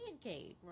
cave